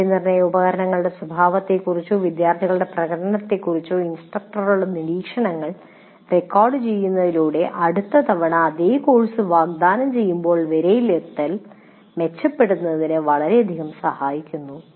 മൂല്യനിർണ്ണയ ഉപകരണങ്ങളുടെ സ്വഭാവത്തെക്കുറിച്ചോ വിദ്യാർത്ഥികളുടെ പ്രകടനത്തെക്കുറിച്ചോ ഇൻസ്ട്രക്ടറുടെ നിരീക്ഷണങ്ങൾ റെക്കോർഡുചെയ്യുന്നതിലൂടെ അടുത്ത തവണ അതേ കോഴ്സ് വാഗ്ദാനം ചെയ്യുമ്പോൾ വിലയിരുത്തൽ മെച്ചപ്പെടുത്തുന്നതിന് വളരെയധികം സഹായിക്കുന്നു